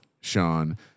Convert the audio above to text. Sean